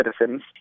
citizens